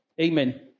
Amen